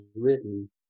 written